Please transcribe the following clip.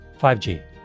5G